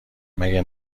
مگه